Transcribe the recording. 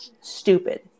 stupid